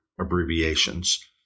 abbreviations